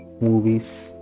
movies